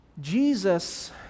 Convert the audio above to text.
Jesus